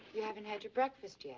you haven't had your breakfast.